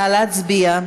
נא להצביע.